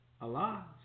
Allah